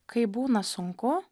kai būna sunku